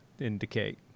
indicate